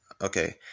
Okay